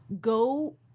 go